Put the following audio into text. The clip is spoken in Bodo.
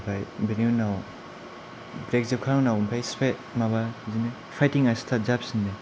ओमफाय बिनि उनाव ब्रेक जोबखांनायनि उनाव माबा बिदिनो फाइटिङा स्टार्ट जाफिनो